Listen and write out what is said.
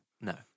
No